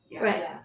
Right